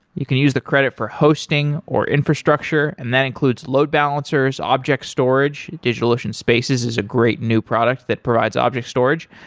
you can use the credit for hosting, or infrastructure and that includes load balancers, object storage, digitalocean spaces is a great new product that provides object storage,